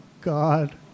God